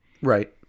Right